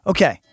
Okay